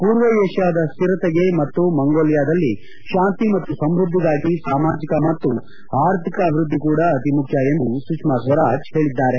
ಪೂರ್ವ ಏಷ್ಯಾದ ಸ್ಥಿರತೆಗೆ ಮತ್ತು ಮಂಗೋಲಿಯಾದಲ್ಲಿ ಶಾಂತಿ ಮತ್ತು ಸಮೃದ್ದಿಗಾಗಿ ಸಾಮಾಜಿಕ ಮತ್ತು ಆರ್ಥಿಕ ಅಭಿವೃದ್ದಿ ಕೂಡ ಅತಿಮುಖ್ಯ ಎಂದು ಸುಷ್ಮಾ ಸ್ವರಾಜ್ ಹೇಳಿದ್ದಾರೆ